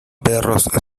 perros